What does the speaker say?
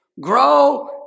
Grow